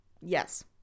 Yes